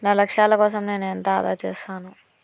నా లక్ష్యాల కోసం నేను ఎంత ఆదా చేస్తాను?